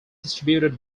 distributed